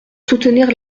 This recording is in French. soutenir